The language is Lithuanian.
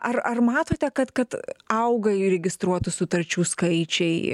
ar ar matote kad kad auga įregistruotų sutarčių skaičiai